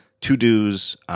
To-dos